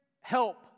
help